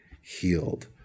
healed